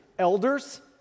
Elders